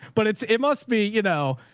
but it's, it must be, you know,